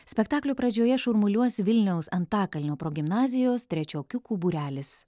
spektaklio pradžioje šurmuliuos vilniaus antakalnio progimnazijos trečiokiukų būrelis